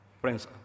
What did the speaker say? Friends